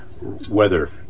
Weather